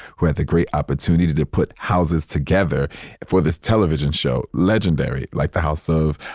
who had the great opportunity to put houses together for this television show, legendary like the house of,